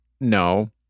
No